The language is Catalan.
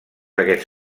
aquests